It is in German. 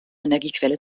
energiequelle